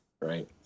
right